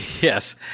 Yes